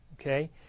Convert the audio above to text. okay